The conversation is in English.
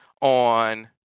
on